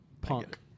punk